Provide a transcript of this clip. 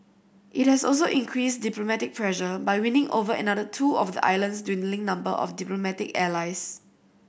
it has also increased diplomatic pressure by winning over another two of the island's dwindling number of diplomatic allies